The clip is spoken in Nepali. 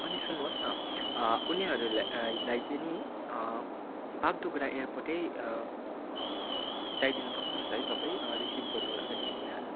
अनि सुन्नुहोस् न उनीहरूलाई चाहिँ नि बागडोगरा एयरपोर्टै जाइदिनु सक्नु हुन्छ है तपाईँ रिसिभ गर्नु नी उनीहरूलाई